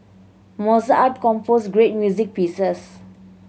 Mozart composed great music pieces